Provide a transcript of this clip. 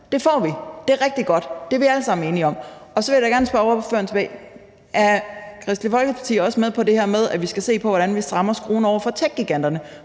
Det får vi. Det er rigtig godt. Det er vi alle sammen enige om. Så vil jeg da gerne spørge ordføreren: Er Kristendemokraterne også med på det her med, at vi skal se på, hvordan vi strammer skruen over for techgiganterne?